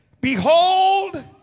Behold